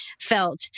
felt